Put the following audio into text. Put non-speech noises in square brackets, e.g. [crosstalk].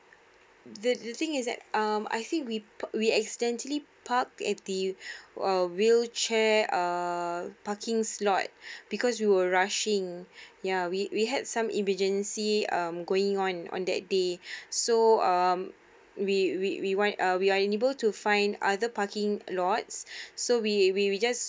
th~ the thing is that um I think we we accidentally parked at the [breath] wheelchair parking uh slot [breath] because we were rushing [breath] ya we we had some emergency um going on on that day [breath] so um we we we we are unable to find other parking lots [breath] so we we we just